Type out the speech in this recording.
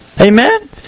Amen